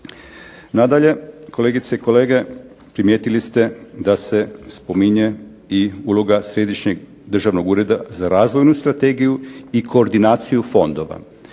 Nadalje kolegice i kolege, primijetili ste da se spominje i uloga Središnjeg državnog ureda za razvojnu strategiju i koordinaciju fondova.